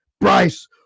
Bryce